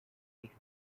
eighth